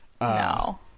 No